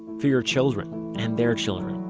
for your children and their children.